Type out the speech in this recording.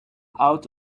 out